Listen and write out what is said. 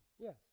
Yes